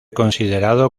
considerado